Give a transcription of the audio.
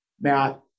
Matt